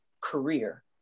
career